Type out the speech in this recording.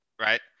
right